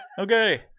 okay